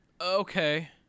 Okay